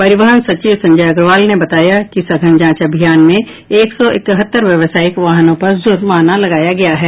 परिवहन सचिव संजय अग्रवाल ने बताया कि सघन जांच अभियान में एक सौ इकहत्तर व्यवासयिक वाहनों पर जुर्माना लगाया गया है